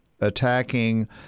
attacking